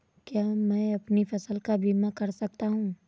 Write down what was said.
क्या मैं अपनी फसल का बीमा कर सकता हूँ?